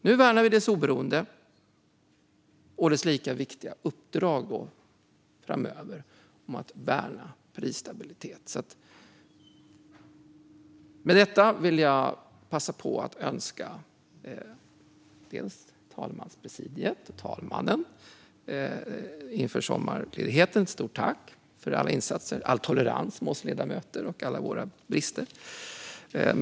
Nu värnar vi bankens oberoende och dess viktiga uppdrag framöver att värna prisstabiliteten. Med detta vill jag passa på att inför sommarledigheten tacka talmanspresidiet och talmannen för alla insatser och all tolerans med oss ledamöter och alla våra brister.